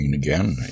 Again